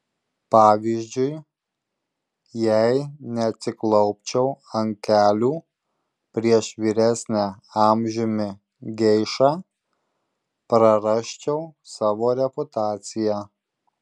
pavyzdžiui jei neatsiklaupčiau ant kelių prieš vyresnę amžiumi geišą prarasčiau savo reputaciją